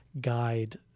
guide